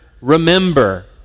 remember